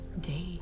day